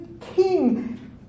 king